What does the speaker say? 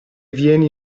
vieni